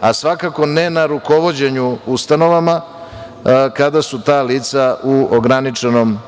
a svakako ne na rukovođenju ustanovama kada su ta lica u ograničenom